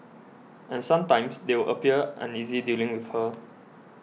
and sometimes they would appear uneasy dealing with her